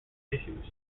issues